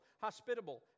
hospitable